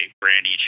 brandy